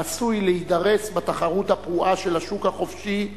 עשוי להידרס בתחרות הפרועה של השוק החופשי.